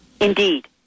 Indeed